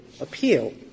appeal